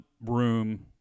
room